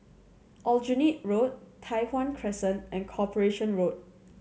Aljunied Road Tai Hwan Crescent and Corporation Road